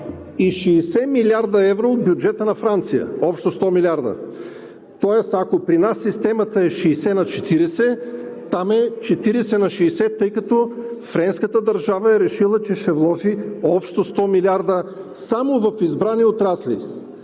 и 60 млрд. евро от бюджета на Франция. Общо 100 милиарда! Тоест, ако при нас системата е 60/40, там е 40/60, тъй като френската държава е решила, че ще вложи общо 100 милиарда само в избрани отрасли: